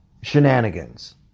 shenanigans